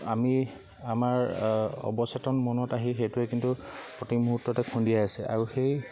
আমি আমাৰ অৱচেতন মনত আহি সেইটোৱে কিন্তু প্ৰতি মুহূ্ৰ্ততে খুন্দিয়াই আছে আৰু সেই